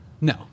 No